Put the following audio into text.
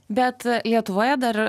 bet lietuvoje dar